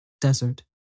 desert